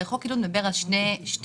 הרי חוק עידוד מדבר על שתי הטבות,